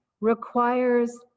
requires